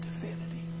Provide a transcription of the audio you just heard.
divinity